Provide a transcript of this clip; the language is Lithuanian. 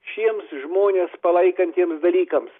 šiems žmones palaikantiems dalykams